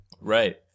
Right